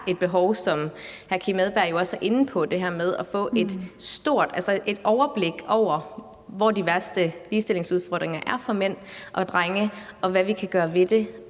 Andersen jo også var inde på, at få et overblik over, hvor de værste ligestillingsudfordringer er for mænd og drenge, og hvad vi kan gøre ved det,